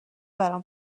برام